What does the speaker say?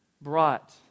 brought